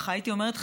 הייתי אומרת,